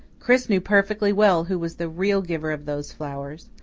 chris knew perfectly well who was the real giver of those flowers.